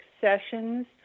sessions